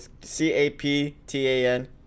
C-A-P-T-A-N